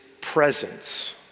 presence